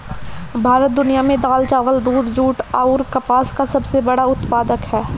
भारत दुनिया में दाल चावल दूध जूट आउर कपास का सबसे बड़ा उत्पादक ह